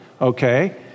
Okay